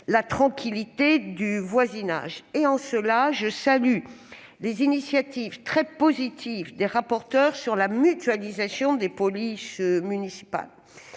la tranquillité du voisinage. En cela, je salue les initiatives très positives des rapporteurs sur la mutualisation des polices municipales.